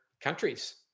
countries